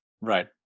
Right